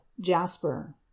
jasper